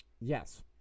Yes